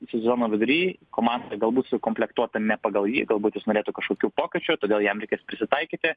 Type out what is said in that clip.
sezono vidury komanda galbūt sukomplektuota ne pagal jį galbūt jis norėtų kažkokių pokyčių todėl jam reikės prisitaikyti